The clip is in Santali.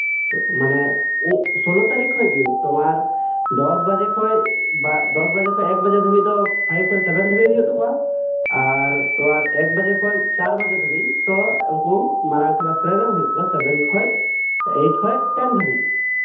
ᱛᱳ ᱢᱟᱱᱮ ᱥᱳᱞᱞᱳ ᱛᱟᱨᱤᱠᱠᱷ ᱠᱷᱚᱱᱜᱮ ᱛᱳᱢᱟᱨ ᱫᱚᱥ ᱵᱟᱡᱮ ᱠᱷᱚᱡ ᱫᱚᱥ ᱵᱟᱡᱮ ᱠᱷᱚᱡ ᱮᱠ ᱵᱟᱡᱮ ᱫᱚ ᱯᱷᱟᱭᱤᱵᱽ ᱠᱷᱚᱡ ᱥᱮᱵᱷᱮᱱ ᱫᱷᱟᱵᱤᱡ ᱦᱩᱭᱩᱜ ᱛᱟᱠᱚᱣᱟ ᱟᱨ ᱮᱠ ᱵᱟᱡᱮ ᱠᱷᱚᱡ ᱪᱟᱨ ᱵᱟᱡᱮ ᱫᱷᱟᱵᱤᱡ ᱛᱳ ᱩᱱᱠᱩ ᱢᱟᱨᱟᱝ ᱠᱮᱞᱟᱥ ᱨᱮᱱ ᱦᱩᱭᱩᱜ ᱛᱟᱠᱚ ᱥᱮᱵᱷᱮᱱ ᱠᱷᱚᱱ ᱮᱭᱤᱴ ᱠᱷᱚᱱ ᱴᱮᱱ ᱫᱷᱟᱹᱵᱤᱡ